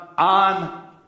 on